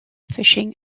fishing